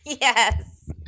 Yes